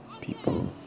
people